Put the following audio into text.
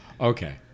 Okay